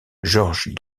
georges